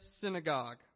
synagogue